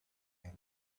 man